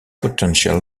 potential